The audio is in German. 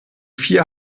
vier